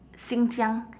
xinjiang